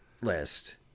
list